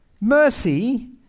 mercy